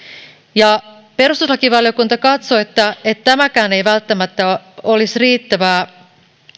perustuslakivaliokunta katsoi että että tämäkään ei välttämättä olisi riittävää